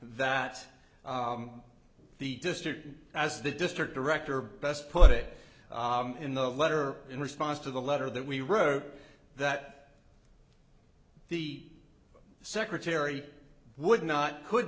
that the district as the district director best put it in the letter in response to the letter that we wrote that the secretary would not could